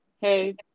Hey